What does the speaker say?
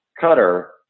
cutter